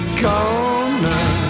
corner